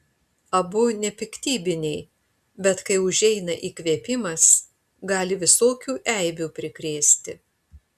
abu nepiktybiniai bet kai užeina įkvėpimas gali visokių eibių prikrėsti